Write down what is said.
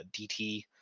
DT